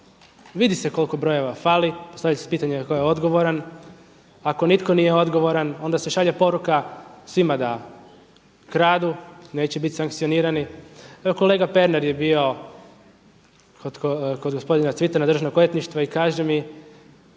Vidi se koliko brojeva fali. Postavlja se pitanje tko je odgovoran. Ako nitko nije odgovoran, onda se šalje poruka svima da kradu, neće bit sankcionirani. Evo kolega Pernar je bio kod gospodina Cvitana državnog odvjetnika i kaže mi